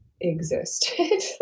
existed